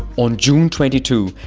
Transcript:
on june twenty two,